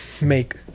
make